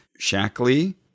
Shackley